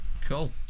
cool